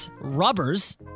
rubbers